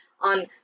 on